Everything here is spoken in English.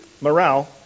Morale